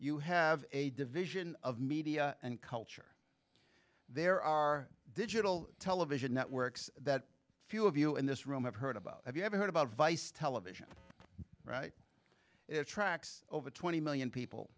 you have a division of media and culture there are digital television networks that few of you in this room have heard about if you haven't heard about vice television it tracks over twenty million people